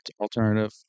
alternative